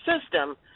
system